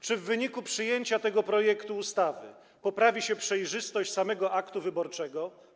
Czy w wyniku przyjęcia tego projektu ustawy poprawi się przejrzystość samego aktu wyborczego?